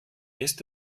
ist